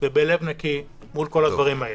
ובלב נקי מול כל הדברים האלה.